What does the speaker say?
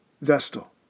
Vestal